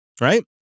right